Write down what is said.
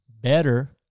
better